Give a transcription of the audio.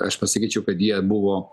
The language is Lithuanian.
aš pasakyčiau kad jie buvo